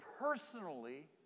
personally